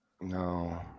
No